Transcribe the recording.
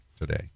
today